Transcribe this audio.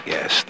Yes